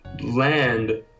land